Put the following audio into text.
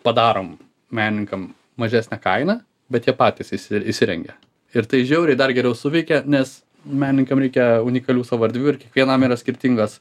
padarom meninkam mažesnę kainą bet jie patys įsi įsirengia ir tai žiauriai dar geriau suveikė nes meninkam reikia unikalių savų erdvių ir kiekvienam yra skirtingos